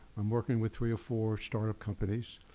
i'm working with three or four startup companies.